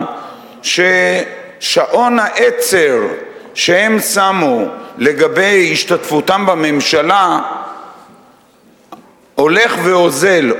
ששעון העצר שהם שמו לגבי השתתפותם בממשלה הולך ואוזל,